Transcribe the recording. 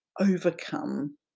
overcome